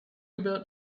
about